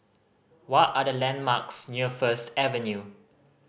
what are the landmarks near First Avenue